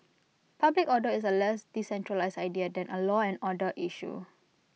public order is A less decentralised idea than A law and order issue